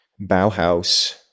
Bauhaus